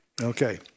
Okay